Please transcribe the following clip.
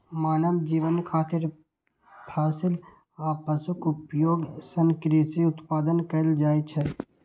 मानव जीवन खातिर फसिल आ पशुक उपयोग सं कृषि उत्पादन कैल जाइ छै